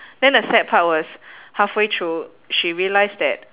then the sad part was halfway through she realised that